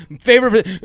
favorite